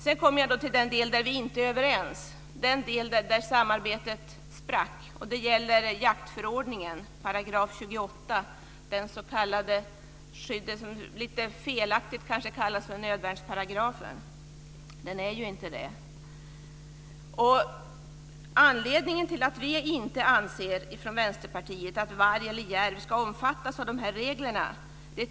Sedan kommer jag till den del där vi inte är överens och där samarbetet sprack, och det gäller jaktförordningen 28 §, den paragraf som lite felaktigt kallas för nödvärnsparagrafen. Det finns två anledningar till att vi från Vänsterpartiet anser att varg och järv inte ska omfattas av dessa regler.